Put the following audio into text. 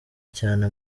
cyane